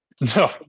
no